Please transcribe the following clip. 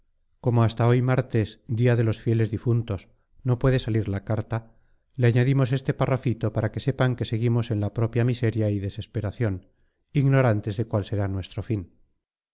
como hasta hoy martes día de los fieles difuntos no puede salir la carta le añadimos este parrafito para que sepan que seguimos en la propia miseria y desesperación ignorantes de cuál será nuestro fin